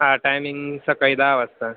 हा टायमिंग सकाळी दहा वाजता